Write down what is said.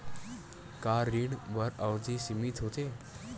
का ऋण बर अवधि सीमित होथे?